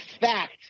fact